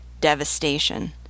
devastation